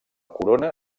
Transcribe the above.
corona